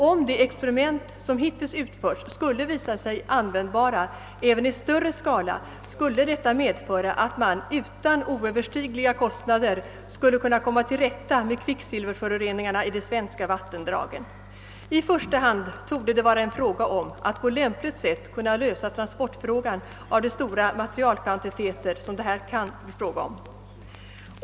Om de experiment som hittills utförts skulle visa sig användbara även i större skala, skulle detta medföra att man utan oöverstigliga kostnader skulle kunna komma till rätta med kvicksilverföroreningarna i de svenska vattendragen. I första hand torde det vara en fråga om att på lämpligt sätt kunna ordna transporten av de stora materialkvantiteter som det här kan röra sig om.